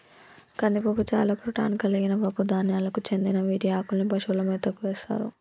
కందిపప్పు చాలా ప్రోటాన్ కలిగిన పప్పు ధాన్యాలకు చెందిన వీటి ఆకుల్ని పశువుల మేతకు వేస్తారు